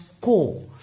core